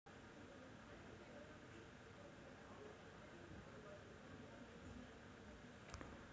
nitrogen macronutrient म्हणून पहिल्या क्रमांकावर आहे